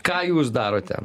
ką jūs darote